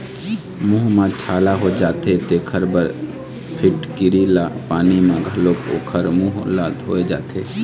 मूंह म छाला हो जाथे तेखर बर फिटकिरी ल पानी म घोलके ओखर मूंह ल धोए जाथे